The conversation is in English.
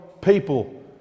people